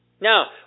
Now